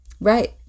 Right